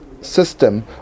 system